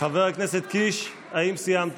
חבר הכנסת קיש, האם סיימת?